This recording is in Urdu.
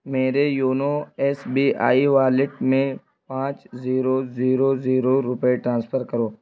میرے YONO S B I wallet میں پانچ زیرو زیرو زیرو روپئے ٹرانسپھر کرو